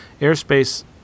Airspace